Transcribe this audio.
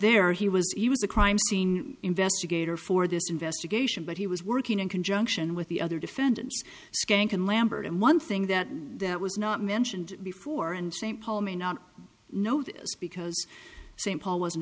there he was he was a crime scene investigator for this investigation but he was working in conjunction with the other defendants skankin lambert and one thing that that was not mentioned before and st paul may not know this because st paul wasn't